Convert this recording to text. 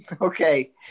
Okay